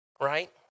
right